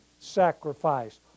sacrifice